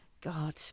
god